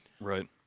Right